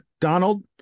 Donald